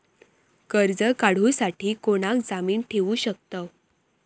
कर्ज काढूसाठी कोणाक जामीन ठेवू शकतव?